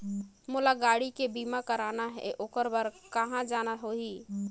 मोला गाड़ी के बीमा कराना हे ओकर बार कहा जाना होही?